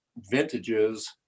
vintages